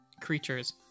creatures